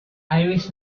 irish